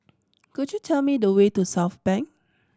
could you tell me the way to Southbank